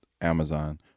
Amazon